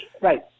Right